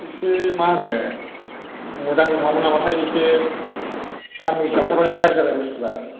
इसे मा होनो मोजां नङामोन नामाथाय इसे साननै गाननायावनो गाज्रि जाबायमोन